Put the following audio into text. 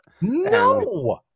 No